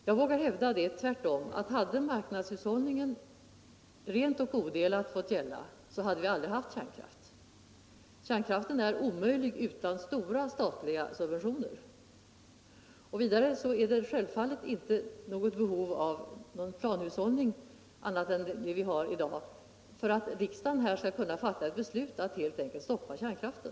Jag vågar hävda att det är tvärtom. Om marknadshushållningen rent och odelat fått gälla, så hade vi aldrig fått någon kärnkraft. Kärnkraft är omöjlig utan stora statliga subventioner. Vidare föreligger det självfallet inte något behov av planhushållning utöver den vi i dag har för att riksdagen skall kunna fatta ett beslut om att helt enkelt stoppa kärnkraften.